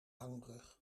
hangbrug